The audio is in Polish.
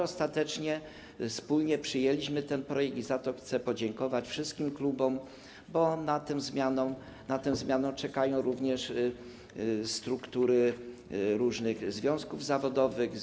Ostatecznie spójnie przyjęliśmy ten projekt i za to chcę podziękować wszystkim klubom, bo na tę zmianę czekają również struktury różnych związków zawodowych.